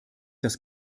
das